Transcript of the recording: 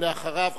ואחריו,